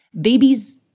Babies